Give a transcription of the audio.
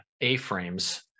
A-frames